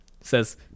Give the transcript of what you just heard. Says